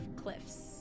cliffs